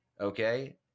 okay